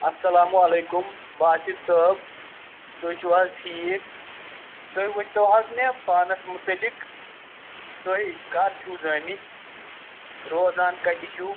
السَلامُ علیکم واصف صٲب تُہۍ چھُو حظ ٹھیٖک تُہۍ ؤنۍ تو حظ مےٚ پانَس مُتعلِق تُہۍ کَر چھُو زٲمٕتۍ روزان کَتہِ چھُو